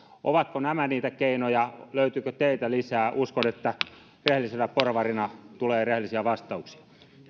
ovatko nämä niitä keinoja löytyykö teiltä lisää uskon että teiltä rehellisenä porvarina tulee rehellisiä vastauksia